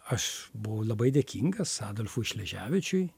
aš buvau labai dėkingas adolfui šleževičiui